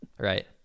Right